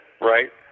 right